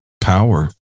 power